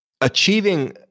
achieving